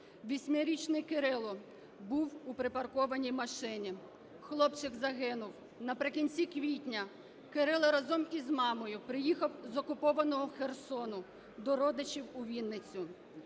Восьмирічний Кирило був у припаркованій машині, хлопчик загинув. Наприкінці квітня Кирило разом із мамою приїхав з окупованого Херсону до родичів у Вінницю.